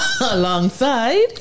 Alongside